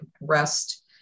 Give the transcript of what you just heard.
rest